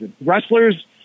wrestlers